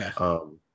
Okay